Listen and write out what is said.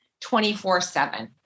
24-7